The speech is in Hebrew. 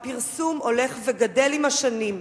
הפרסום הולך וגדל עם השנים,